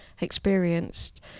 experienced